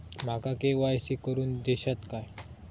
माका के.वाय.सी करून दिश्यात काय?